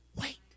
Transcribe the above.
wait